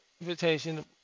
invitation